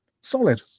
Solid